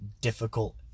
difficult